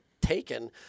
taken